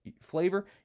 flavor